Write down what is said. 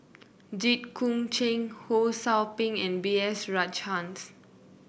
Jit Koon Ch'ng Ho Sou Ping and B S Rajhans